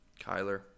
Kyler